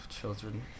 children